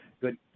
good